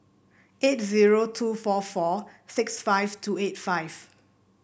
eight zero two four four six five two eight five